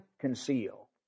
conceal